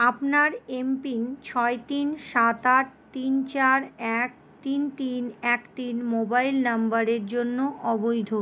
আপনার M PIN ছয় তিন সাত আট তিন চার এক তিন তিন এক তিন মোবাইল নাম্বারের জন্য অবৈধ